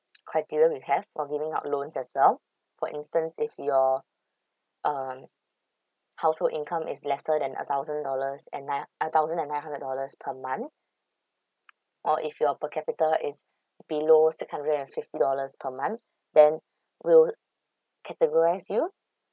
criteria we have for giving out loans as well for instance if your um household income is lesser than a thousand dollars and nine a thousand and nine hundred dollars per month or if your per capita is below six hundred and fifty dollars per month then we would categorize you